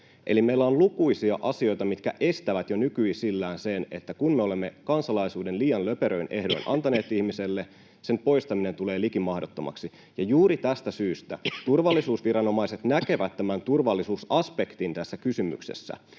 Eli meillä on lukuisia asioita, mitkä estävät jo nykyisellään sen: kun me olemme kansalaisuuden liian löperöin ehdoin antaneet ihmiselle, sen poistaminen tulee liki mahdottomaksi. Juuri tästä syystä turvallisuusviranomaiset näkevät tämän turvallisuusaspektin tässä kysymyksessä.